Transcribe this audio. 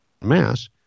Mass